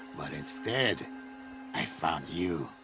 but instead i found you.